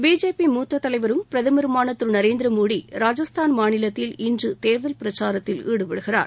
BJP மூத்த தலைவரும் பிரதமருமான திரு நரேந்திர மோடி ராஜஸ்தான் மாநிலத்தில் இன்றுதேர்தல் பிரச்சாரத்தில் ஈடுபடுகிறார்